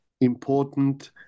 important